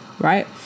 right